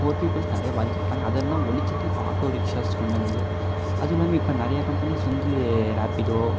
poor peoples நிறைய பாதிக்கப்பட்டாங்க அதெல்லாம் ஒழிச்சுட்டு இப்போது ஆட்டோ ரிக்ஷாஸ் கொண்டு வந்தது அதுவும் இல்லாமல் நிறைய கம்பெனிஸ் வந்து ராபிடோ